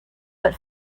but